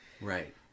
Right